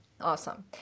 Awesome